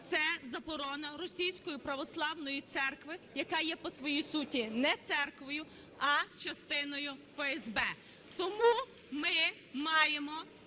це заборона Російської православної церкви, яка є по своїй суті не церквою, а частиною ФСБ. Тому ми маємо